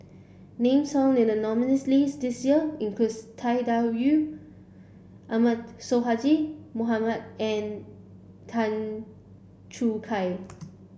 names found in the nominees list this year includes Tang Da Wu Ahmad Sonhadji Mohamad and Tan Choo Kai